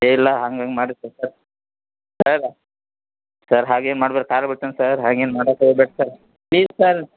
A ಇಲ್ಲ ಹಂಗೆ ಹಂಗೆ ಮಾಡಿದೆ ಸರ್ ಸರ್ ಸರ್ ಹಾಗೇನು ಮಾಡ್ಬೇಡಿ ಕಾಲಿಗೆ ಬೀಳ್ತೇನೆ ಸರ್ ಹಾಗೇನು ಮಾಡಾಕೆ ಹೋಗ್ಬೇಡಿ ಸರ್ ಪ್ಲೀಸ್ ಸರ್